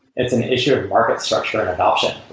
it's an issue of market structure and adoption.